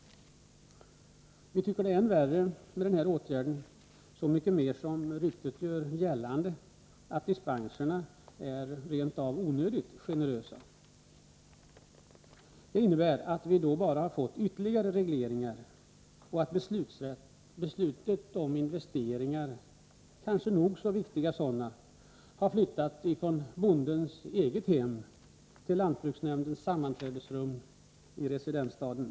Så mycket värre är denna åtgärd som ryktet gör gällande att dispenserna är rent av onödigt generösa. Det innebär då att vi bara har fått ytterligare regleringar, och att besluten om investeringar — kanske nog så viktiga sådana — flyttats från bondens eget hem till lantbruksnämndens sammanträdesrum i residensstaden.